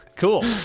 cool